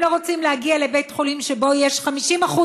הם לא רוצים להגיע לבית-חולים שבו יש 50%